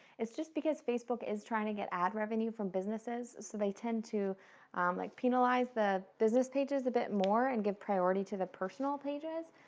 it's just because facebook is trying to get ad revenue from businesses, so they tend to like penalize the business pages a bit more and give priority to the personal pages.